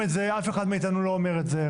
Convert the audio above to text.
אף אחד מאתנו לא אומר את זה.